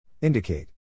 Indicate